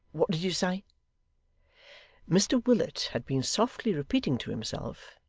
what did you say mr willet had been softly repeating to himself,